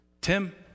Tim